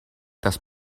das